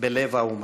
בלב האומה.